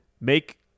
make